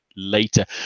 later